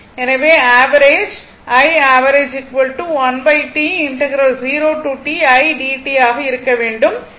எனவே ஆவரேஜ் ஆக இருக்க வேண்டும்